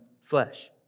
flesh